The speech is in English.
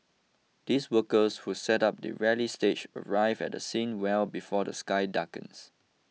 these workers who set up the rally stage arrive at the scene well before the sky darkens